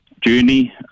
journey